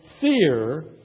fear